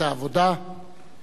רבותי,